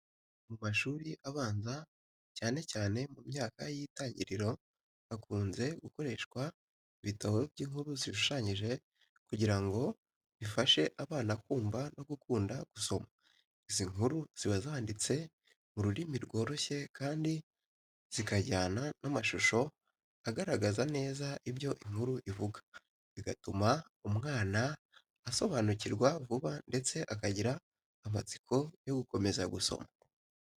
Mu mashuri abanza, cyane cyane mu myaka y’itangiriro, hakunze gukoreshwa ibitabo by’inkuru zishushanyije kugira ngo bifashe abana kumva no gukunda gusoma. Izi nkuru ziba zanditse mu rurimi rworoshye kandi zikajyana n’amashusho agaragaza neza ibyo inkuru ivuga, bigatuma umwana asobanukirwa vuba ndetse akagira amatsiko yo gukomeza gusoma.